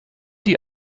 die